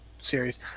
series